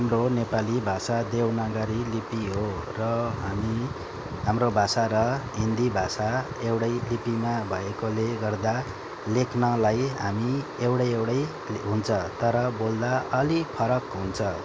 हाम्रो नेपाली भाषा देवनागरी लिपि हो र हामी हाम्रो भाषा र हिन्दी भाषा एउटै लिपिमा भएकोले गर्दा लेख्नलाई हामी एउटै एउटै हुन्छ तर बोल्दा अलिक फरक हुन्छ